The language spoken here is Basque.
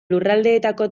lurraldeetako